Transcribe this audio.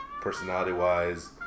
personality-wise